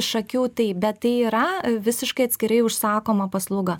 iš akių taip bet tai yra visiškai atskirai užsakoma paslauga